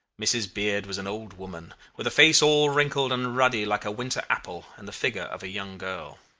mrs. beard was an old woman, with a face all wrinkled and ruddy like a winter apple, and the figure of a young girl.